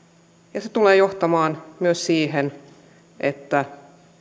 ja se tulee johtamaan myös siihen että